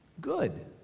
Good